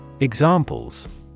Examples